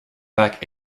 back